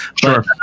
Sure